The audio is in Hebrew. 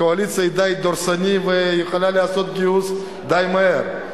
הקואליציה היא די דורסנית והיא יכולה לעשות גיוס די מהר.